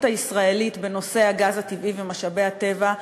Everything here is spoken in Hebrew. הישראלית בנושא הגז הטבעי ומשאבי הטבע",